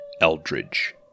Eldridge